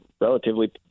relatively